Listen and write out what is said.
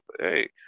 Hey